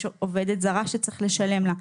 יש עובדת זרה שצריך לשלם לה.